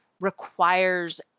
requires